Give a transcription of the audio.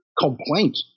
complaint